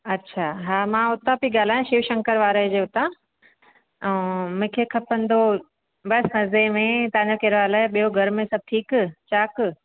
अच्छा हा मां हुतां पई ॻाल्हायां शिव शंकर वारे जे हुतां ऐं मूंखे खपंदो बसि मजे में तव्हांजो कहिड़ो हाल आहे ॿियो घर में सभु ठीकु चाक